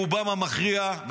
רובם המכריע,